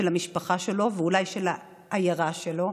של המשפחה שלו ואולי של העיירה שלו,